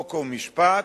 חוק ומשפט